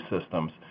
systems